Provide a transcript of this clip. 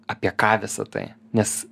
apie ką visa tai nes